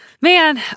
Man